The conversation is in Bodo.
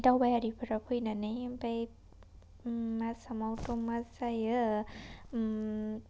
दावबायारिफ्रा फैनानै आमफ्राय मा समावसो मोसायो